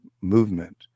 movement